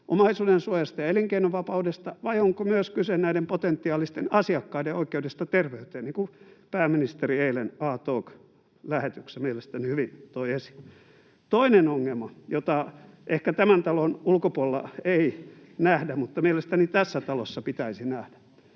omaisuudensuojasta ja elinkeinonvapaudesta, vai onko kyse myös näiden potentiaalisten asiakkaiden oikeudesta terveyteen, niin kuin pääministeri eilen A-talk-lähetyksessä mielestäni hyvin toi esiin? Toinen ongelma, jota ehkä tämän talon ulkopuolella ei nähdä, mutta joka mielestäni tässä talossa pitäisi nähdä: